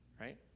right